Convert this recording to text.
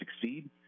succeed